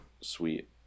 sweet